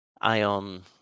ion